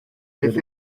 beth